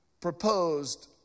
proposed